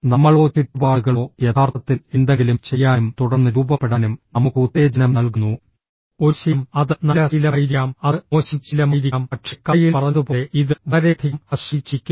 നമ്മളോ ചുറ്റുപാടുകളോ യഥാർത്ഥത്തിൽ എന്തെങ്കിലും ചെയ്യാനും തുടർന്ന് രൂപപ്പെടാനും നമുക്ക് ഉത്തേജനം നൽകുന്നു ഒരു ശീലം അത് നല്ല ശീലമായിരിക്കാം അത് മോശം ശീലമായിരിക്കാം പക്ഷേ കഥയിൽ പറഞ്ഞതുപോലെ ഇത് വളരെയധികം ആശ്രയിച്ചിരിക്കുന്നു